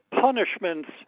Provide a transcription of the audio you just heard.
punishments